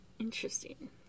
Interesting